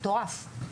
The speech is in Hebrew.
מטורף.